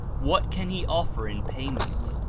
what can he offer in payment?